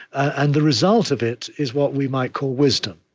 and the result of it is what we might call wisdom.